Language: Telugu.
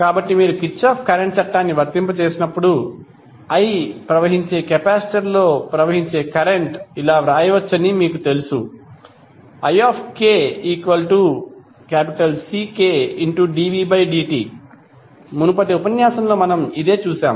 కాబట్టి మీరు కిర్చాఫ్ కరెంట్ చట్టాన్ని వర్తింపజేసినప్పుడు i ప్రవహించేకెపాసిటర్లో ప్రవహించే కరెంట్ ఇలా వ్రాయవచ్చని మీకు తెలుసు ikCkdvdt మునుపటి ఉపన్యాసంలో మనం ఇదే చూశాం